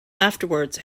afterwards